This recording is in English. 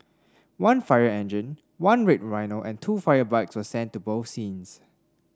one fire engine one red rhino and two fire bikes were sent to both scenes